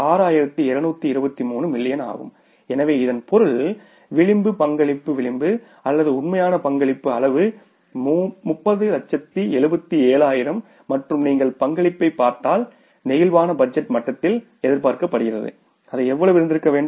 223 million ஆகும் எனவே இதன் பொருள்விளிம்பு பங்களிப்பு விளிம்பு அல்லது உண்மையான பங்களிப்பு அளவு 3077000 மற்றும் நீங்கள் பங்களிப்பைப் பார்த்தால் பிளேக்சிபிள் பட்ஜெட் மட்டத்தில் எதிர்பார்க்கப்படுகிறது அது எவ்வளவு இருந்திருக்க வேண்டும்